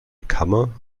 kammer